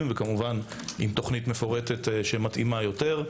וכמובן עם תוכנית מפורטת שמתאימה יותר,